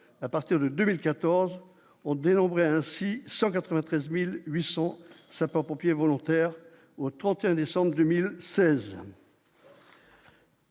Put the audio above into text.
à partir de 2014, on dénombrait ainsi 193800 sapeurs-pompiers volontaires au 31 décembre 2016.